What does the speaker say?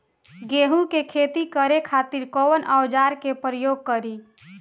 गेहूं के खेती करे खातिर कवन औजार के प्रयोग करी?